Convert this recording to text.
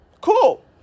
Cool